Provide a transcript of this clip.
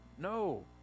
No